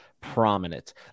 prominent